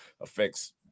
affects